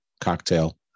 cocktail